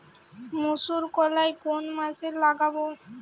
মুসুর কলাই কোন মাসে লাগাব?